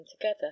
together